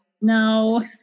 no